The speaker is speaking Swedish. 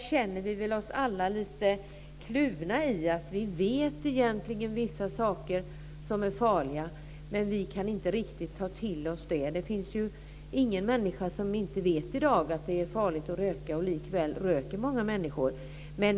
Vi känner oss väl alla lite kluvna - vi vet att vissa saker är farliga, men vi kan inte riktigt ta till oss detta. Ingen människa i dag vet inte att det är farligt att röka, och likväl röker många människor.